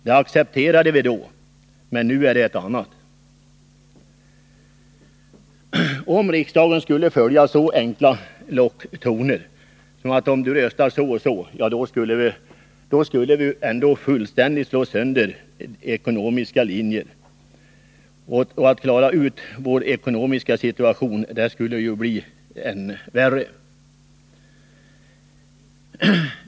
Det accepterade vi då, men nu är det annat. Om vi i riksdagen skulle följa så enkla locktoner som ”om du röstar så och så”, då skulle vi fullständigt bryta sönder de ekonomiska linjerna, och att klara ut vår ekonomiska situation skulle bli än värre.